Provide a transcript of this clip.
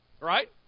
Right